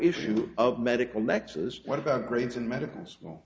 issue of medical nexus what about grades in medical school